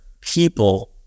people